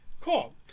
Cool